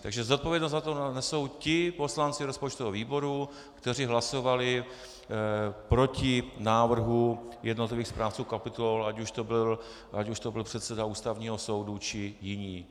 Takže zodpovědnost za to nesou ti poslanci rozpočtového výboru, kteří hlasovali proti návrhu jednotlivých správců kapitol, ať už to byl předseda Ústavního soudu, či jiní.